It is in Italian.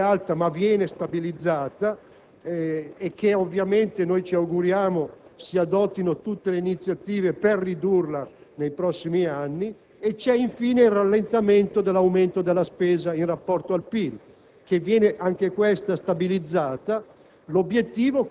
l'andamento della pressione fiscale, essa è certamente alta, ma viene stabilizzata e, ovviamente, noi ci auguriamo si adottino tutte le iniziative per ridurla nei prossimi anni. Infine, vi è il rallentamento dell'aumento della spesa in rapporto al PIL